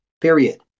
Period